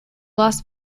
las